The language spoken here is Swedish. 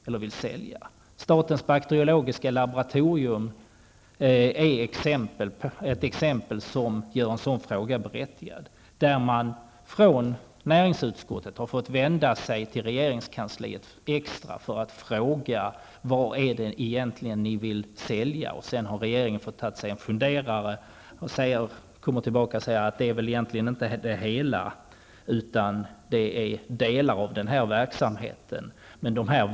Exemplet statens bakteriologiska laboratorium gör en sådan fråga berättigad. Näringsutskottet har varit tvunget att vända sig till regeringskansliet med frågan: Vad är det som ni egentligen vill sälja? Därefter har regeringen fått ta sig en funderare för att sedan komma tillbaka och säga att det väl egentligen inte gällde hela verksamheten utan delar av den.